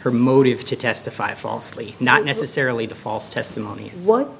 her motive to testify falsely not necessarily the false testimony and what